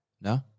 No